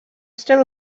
still